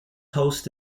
host